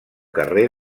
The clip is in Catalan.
carrer